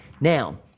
now